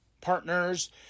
partners